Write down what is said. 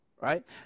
right